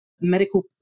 Medical